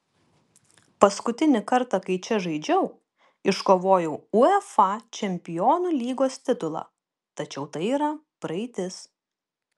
paskutinį kartą kai čia žaidžiau iškovojau uefa čempionų lygos titulą tačiau tai yra praeitis